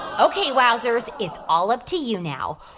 ok, wowzers. it's all up to you now.